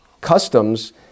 customs